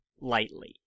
lightly